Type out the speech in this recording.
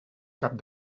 cap